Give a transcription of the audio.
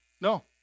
No